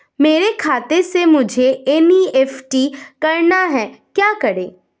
मेरे खाते से मुझे एन.ई.एफ.टी करना है क्या करें?